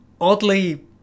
oddly